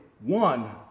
one